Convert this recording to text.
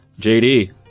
JD